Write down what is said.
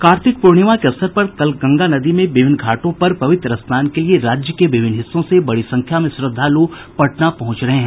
कार्तिक प्रर्णिमा के अवसर पर कल गंगा नदी में विभिन्न घाटों पर पवित्र स्नान के लिये राज्य के विभिन्न हिस्सों से बड़ी संख्या में श्रद्धालू पटना पहुंच रहे हैं